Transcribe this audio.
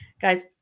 Guys